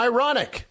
Ironic